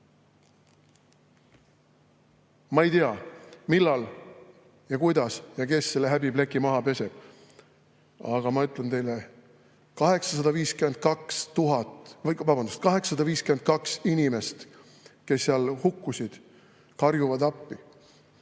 Ma ei tea, millal ja kuidas ja kes selle häbipleki maha peseb. Aga ma ütlen teile, et 852 inimest, kes seal hukkusid, karjuvad appi.